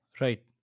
Right